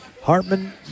Hartman